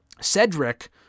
Cedric